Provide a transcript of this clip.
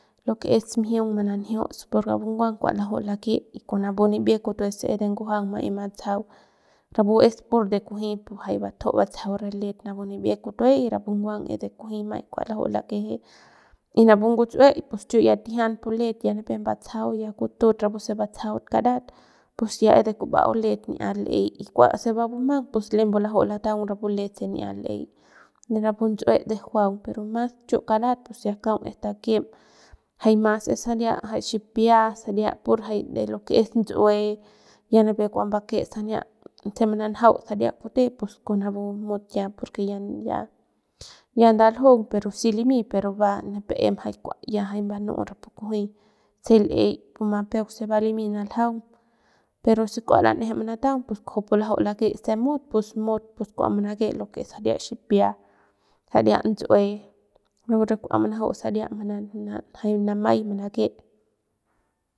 Lo que es mjiung mananjiuts por rapu nguang kua laju'u lake y con napu nibie kutue si es de ngujuang ma'ey matsajau rapu es pur de kunji pu jay batju'u batsajau re let napu nibie kutue y rapu nguang maiñ es de kunji kua laju'u lakeje y napu ngutsu'e pus chu ya tijian pu let ya nipep mbatsajau ya kutut rapu se batsajau karat pus ya es de kuba'au let ni'iat l'ey y kuase va bumang pus laju'u lataung rapu let se n'at l'ey de rapu ntsu'e de juaung pero mas chu karat pues mas kaung es takim jay mas es saria de chipia jay mas es pur saria de es ndutsue ya nipep kua mbake sania se mananjau saria kute pus con napu mut ya por que ya ndaljung pero si limy pero va jay nipep em jay kua mbanu'u em kunji se l'ey puma peuk peuk se va limy naljaung pero si kua lan'eje manataung pus kujupu laju lake y se mut pus mut pus kua manake lo que es saria xipia saria ndtsuerapu re kua manaju'u saria jay manamay manake.